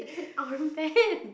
unban